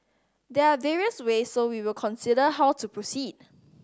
there are various ways so we will consider how to proceed